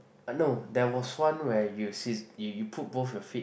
uh no there was one where you sit you you put both of your feet